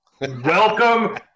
Welcome